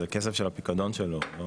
זה כסף של הפיקדון שלו.